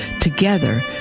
together